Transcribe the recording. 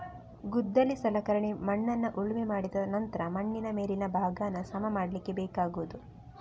ಗುದ್ದಲಿ ಸಲಕರಣೆ ಮಣ್ಣನ್ನ ಉಳುಮೆ ಮಾಡಿದ ನಂತ್ರ ಮಣ್ಣಿನ ಮೇಲಿನ ಭಾಗಾನ ಸಮ ಮಾಡ್ಲಿಕ್ಕೆ ಬೇಕಾಗುದು